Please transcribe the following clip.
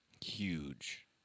Huge